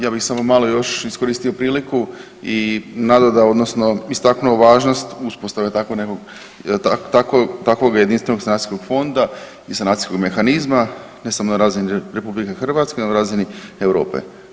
Ja bih samo malo još iskoristio priliku i nada da odnosno istaknuo važnost uspostave tako nekog, takvog Jedinstvenog sanacijskog fonda i sanacijskog mehanizma, ne samo na razini RH, na razini Europe.